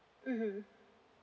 mmhmm